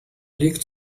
liegt